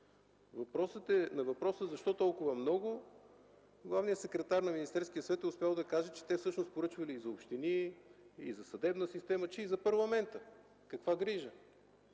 96 хиляди. На въпроса защо толкова много, главният секретар на Министерския съвет е успял да каже, че те всъщност поръчвали и за общини, и за съдебната система, че и за парламента. Каква грижа!